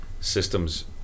systems